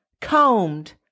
combed